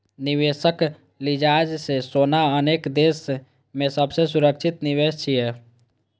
निवेशक लिजाज सं सोना अनेक देश मे सबसं सुरक्षित निवेश छियै